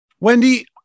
Wendy